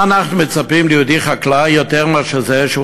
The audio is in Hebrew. מה אנחנו מצפים מיהודי חקלאי יותר מאשר זה שהוא